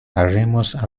arreemos